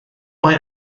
mae